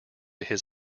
his